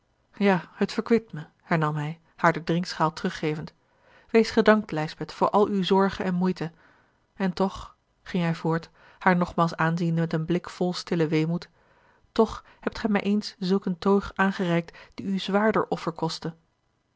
ja het verkwikt me hernam hij haar de drinkschaal teruggevend wees gedankt lijsbeth voor al uwe zorge en moeite en toch ging hij voort haar nogmaals aanziende met een blik vol stillen weemoed toch hebt gij mij eens zulk eene teug gereikt die u zwaarder offer kostte